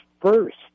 first